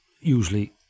usually